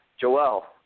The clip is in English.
Joel